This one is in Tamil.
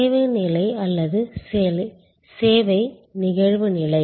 சேவை நிலை அல்லது சேவை நிகழ்வு நிலை